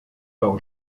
par